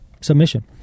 submission